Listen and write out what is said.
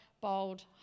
bold